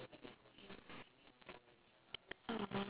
uh